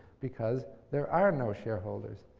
because there are no shareholders.